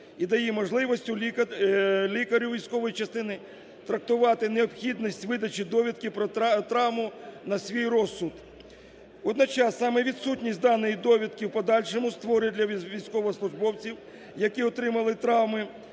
і дає можливість лікарю військової частини трактувати необхідність видачі довідки про травму на свій розсуд. Водночас, саме відсутність даної довідки в подальшому створить для військовослужбовців, які отримали травми,